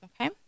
Okay